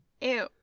Ew